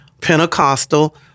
Pentecostal